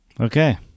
Okay